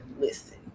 listen